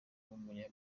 w’umunya